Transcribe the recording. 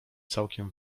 całkiem